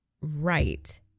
right